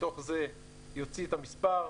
ומתוך זה יוציא את המספר,